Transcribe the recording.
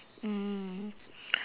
mm